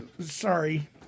sorry